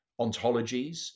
ontologies